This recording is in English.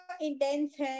intense